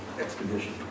expedition